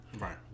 Right